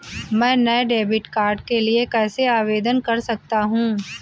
मैं नए debit card के लिए कैसे आवेदन कर सकता हूँ?